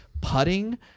putting